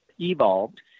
evolved